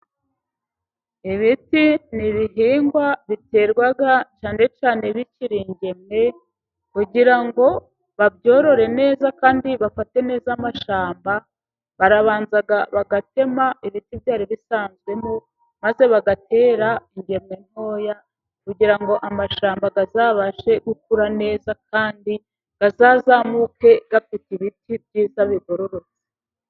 Ibiti n'ibihingwa biterwa cyane cyane bikiri ingemwe, kugira ngo babyorore neza kandi bafate neza amashyamba, barabanza bagatema ibiti byari bisanzwemo maze bagatera ingeme ntoya, kugira ngo amashyamba azabashe gukura neza kandi azazamuke afite ibiti byiza bigororotse.